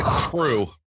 True